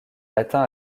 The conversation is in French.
latin